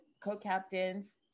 co-captains